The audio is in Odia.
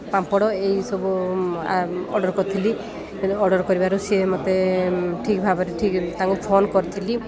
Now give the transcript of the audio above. ପାମ୍ପଡ଼ ଏହିସବୁ ଅର୍ଡ଼ର୍ କରିଥିଲି ଅର୍ଡ଼ର୍ କରିବାରୁ ସେ ମୋତେ ଠିକ୍ ଭାବରେ ଠିକ୍ ତାଙ୍କୁ ଫୋନ୍ କରିଥିଲି